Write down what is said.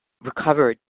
recovered